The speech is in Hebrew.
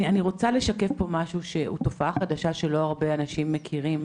אני רוצה לשקף פה משהו שהוא תופעה חדשה שלא הרבה אנשים מכירים,